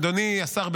אדוני השר,